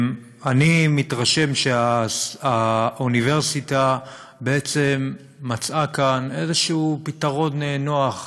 אני מתרשם שהאוניברסיטה בעצם מצאה כאן איזשהו פתרון נוח,